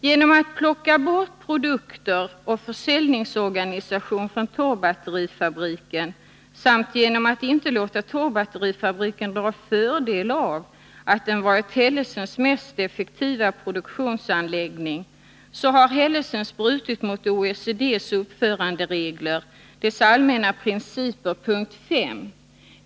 Genom att plocka bort produkter och försäljningsorganisation från Torrbatterifabriken samt genom att inte låta Torrbatterifabriken dra fördel av att den varit Hellesens mest effektiva produktionsanläggning har Hellesens brutit mot OECD:s uppföranderegler, dess Allmänna principer, punkt 5.